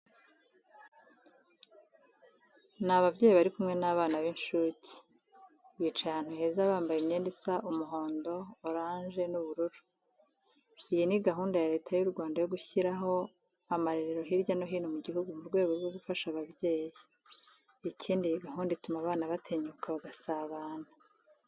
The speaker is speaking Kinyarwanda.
Ni ababyeyi bari kimwe n'abana b'incuke, bicaye ahantu heza bambaye imyenda isa umuhondo, orange n'ubururu. Iyi ni gahunda ya Leta y'u Rwanda yo gushyiraho amarerero hirya no hino mu gihugu mu rwego rwo gufasha ababyeyi. Ikindi iyi gahunda ituma bana batinyukana bagasabana.